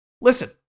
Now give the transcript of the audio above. Listen